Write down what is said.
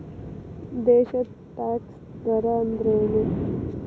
ದೇಶದ್ ಟ್ಯಾಕ್ಸ್ ದರ ಅಂದ್ರೇನು?